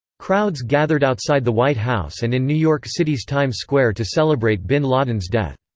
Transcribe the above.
crowds gathered outside the white house and in new york city's times square to celebrate bin laden's death.